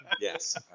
Yes